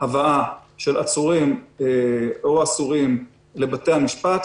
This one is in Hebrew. הבאה של עצורים או אסורים לבתי המשפט.